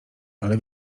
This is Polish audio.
ale